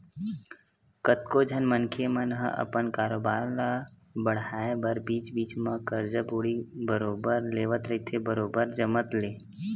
कतको झन मनखे मन ह अपन कारोबार ल बड़हाय बर बीच बीच म करजा बोड़ी बरोबर लेवत रहिथे बरोबर जमत ले